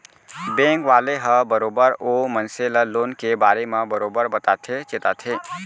bank वाले ह बरोबर ओ मनसे ल लोन के बारे म बरोबर बताथे चेताथे